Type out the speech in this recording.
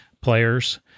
players